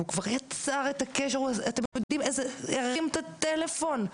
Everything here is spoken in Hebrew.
הוא כבר יצר את הקשר, הרים את הטלפון,